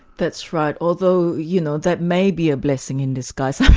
that's right. although, you know, that may be a blessing in disguise.